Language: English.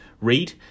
read